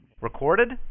Recorded